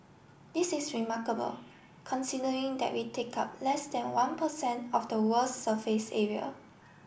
this is remarkable considering that we take up less than one percent of the world's surface area